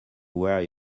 where